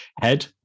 head